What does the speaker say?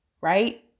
right